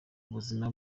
ubuzima